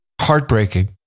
Heartbreaking